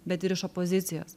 bet ir iš opozicijos